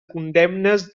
condemnes